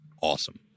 awesome